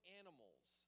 animals